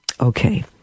Okay